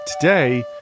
Today